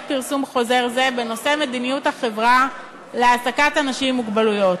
פרסום חוזר זה בנושא מדיניות החברה להעסקת אנשים עם מוגבלות.